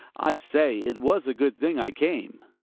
i say, it was a good thing i came.